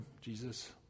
Jesus